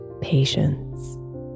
patience